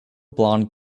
blond